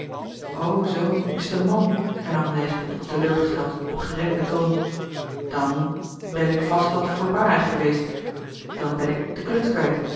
zoo is t een man hernam lijsbeth wat teleurgesteld op gerekten toon dan ben ik vast wat voorbarig geweest dan ben ik de kluts kwijt